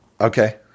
okay